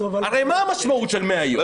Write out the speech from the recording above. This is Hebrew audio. הרי מה המשמעות של 100 יום?